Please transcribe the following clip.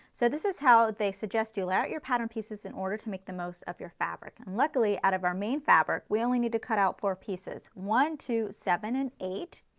so this is how they suggest you lay out your pattern pieces in order to make the most of your fabric. and luckily out of our main fabric we only need to cut out four pieces one, two, seven and eight.